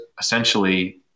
essentially –